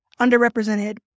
underrepresented